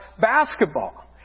basketball